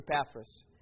Epaphras